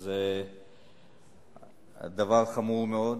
הוא דבר חמור מאוד,